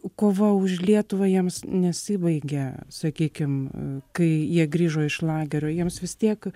kova už lietuvą jiems nesibaigė sakykim kai jie grįžo iš lagerio jiems vis tiek